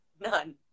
None